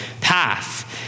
path